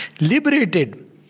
Liberated